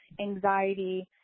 anxiety